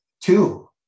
Two